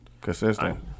Consistent